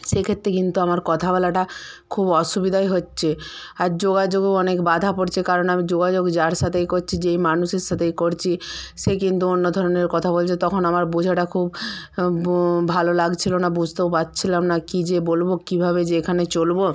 সেক্ষেত্রে কিন্তু আমার কথা বলাটা খুব অসুবিদাই হচ্ছে আর যোগাযোগেও অনেক বাঁধা পড়ছে কারণ আমি যোগাযোগ যার সাথেই করছি যেই মানুষের সাথেই করছি সে কিন্তু অন্য ধরনের কথা বলছে তখন আমার বোঝাটা খুব ভালো লাগছিলো না বুঝতেও পারছিলাম না কী যে বলবো কীভাবে যে এখানে চলবো